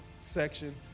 section